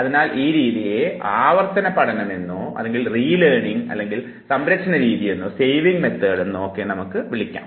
അതിനാൽ ഈ രീതിയെ ആവർത്തനപഠനമെന്നോ അല്ലെങ്കിൽ സംരക്ഷണ രീതിയെന്നോ വിളിക്കാം